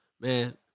man